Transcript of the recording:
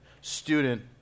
student